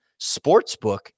sportsbook